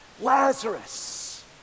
Lazarus